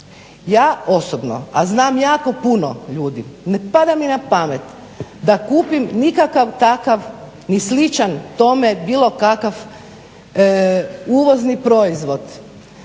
Ja osobno a znam jako puno ljudi ne pada mi na pamet da kupim nikakav takav ni sličan tome bilo kakav uvozni proizvod